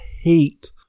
hate